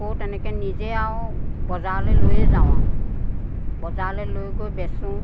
আকৌ তেনেকৈ নিজে আৰু বজাৰলৈ লৈয়েই যাওঁ আৰু বজাৰলৈ লৈ গৈ বেচোঁ